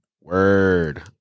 Word